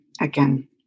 again